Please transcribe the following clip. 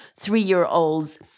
three-year-old's